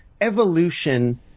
evolution